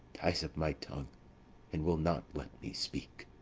ties up my tongue and will not let me speak.